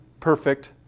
perfect